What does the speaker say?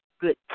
good